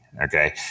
okay